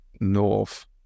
north